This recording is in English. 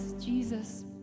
Jesus